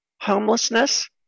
homelessness